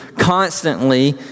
constantly